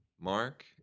mark